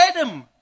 Adam